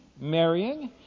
marrying